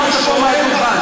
אמרת פה מעל הדוכן.